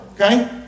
Okay